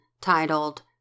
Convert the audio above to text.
titled